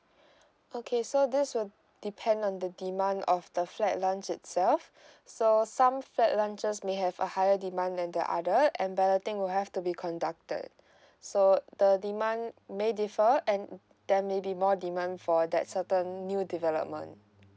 okay so this will depend on the demand of the flat launch itself so some flat launches may have a higher demand than the other and balloting will have to be conducted so the demand may differ and there may be more demand for that certain new development